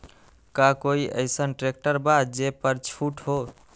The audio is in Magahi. का कोइ अईसन ट्रैक्टर बा जे पर छूट हो?